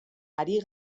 ari